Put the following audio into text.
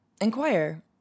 inquire